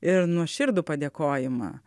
ir nuoširdų padėkojimą